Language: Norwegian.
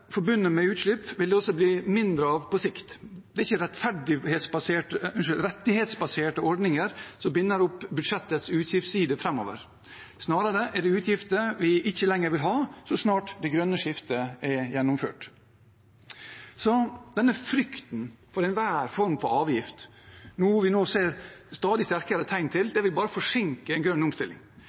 forbundet med utslipp vil det også bli mindre av på sikt. Det er ikke rettighetsbaserte ordninger som binder opp budsjettets utgiftsside framover. Snarere er det utgifter vi ikke lenger vil ha, så snart det grønne skiftet er gjennomført. Så denne frykten for enhver form for avgift, noe vi nå ser stadig sterkere tegn til, vil bare forsinke en grønn omstilling.